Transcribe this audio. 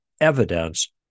evidence